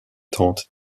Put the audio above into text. tente